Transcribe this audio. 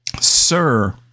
Sir